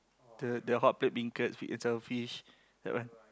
the the hot plate beancurd sweet and sour fish that one